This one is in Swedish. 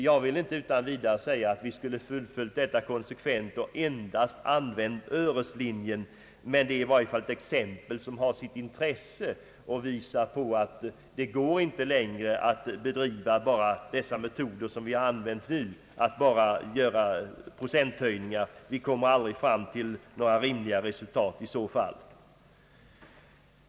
Jag vill inte utan vidare påstå att vi konsekvent skulle ha fullföljt detta och endast använt öreslinjen, men det är i alla fall ett exempel som har sitt intresse och visar att det inte längre går att enbart använda de metoder som vi nu har begagnat, alltså att bara göra procenthöjningar. Vi kommer i så fall aldrig fram till några rimliga resultat.